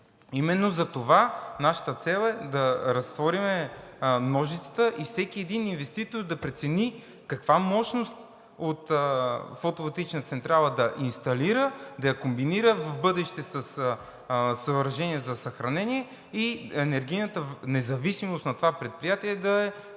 Именно затова нашата цел е да разтворим ножицата и всеки един инвеститор да прецени каква мощност от фотоволтаична централа да инсталира, да я комбинира в бъдеще със съоръжение за съхранение и енергийната независимост на това предприятие да е